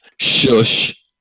shush